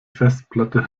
festplatte